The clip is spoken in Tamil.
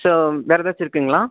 ஸோ வேறு ஏதாச்சும் இருக்குங்களா